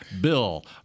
Bill